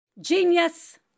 Genius